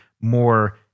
more